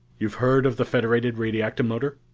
you've heard of the federated radiactum motor?